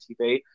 TV